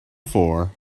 for